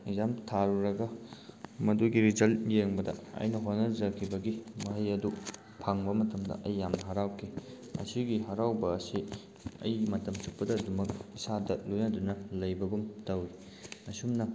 exam ꯊꯥꯔꯨꯔꯒ ꯃꯗꯨꯒꯤ result ꯌꯦꯡꯕꯗ ꯑꯩꯅ ꯍꯣꯠꯅꯖꯈꯤꯕꯒꯤ ꯃꯍꯩ ꯑꯗꯨ ꯐꯪꯕ ꯃꯇꯝꯗ ꯑꯩ ꯌꯥꯝ ꯍꯔꯥꯎꯈꯤ ꯑꯁꯤꯒꯤ ꯍꯔꯥꯎꯕ ꯑꯁꯤ ꯑꯩ ꯃꯇꯝ ꯆꯨꯞꯄꯗ ꯑꯗꯨꯝꯃꯛ ꯏꯁꯥꯗ ꯂꯣꯏꯅꯗꯨꯅ ꯂꯩꯕꯒꯨꯝ ꯇꯧꯋꯤ ꯑꯁꯨꯝꯅ